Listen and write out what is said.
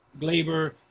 Glaber